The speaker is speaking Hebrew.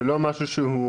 זה לא משהו של,